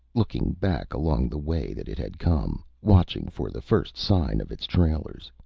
looking back along the way that it had come, watching for the first sign of its trailers.